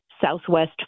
Southwest